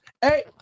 Hey